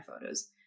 photos